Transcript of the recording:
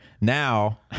Now